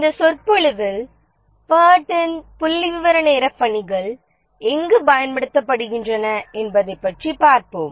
இந்த சொற்பொழிவில் பேர்டின் புள்ளிவிவர நேர பணிகள் எங்கு பயன்படுத்தப்படுகின்றன என்பதைப் பார்ப்போம்